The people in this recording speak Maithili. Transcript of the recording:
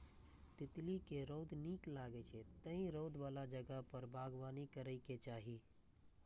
तितली कें रौद नीक लागै छै, तें रौद बला जगह पर बागबानी करैके चाही